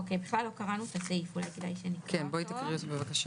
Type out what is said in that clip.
אולי כדאי שנקרא את הסעיף.